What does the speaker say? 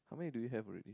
how many do we have already